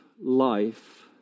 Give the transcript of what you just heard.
life